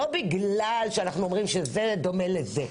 לא בגלל שאנחנו אומרים זה דומה לזה.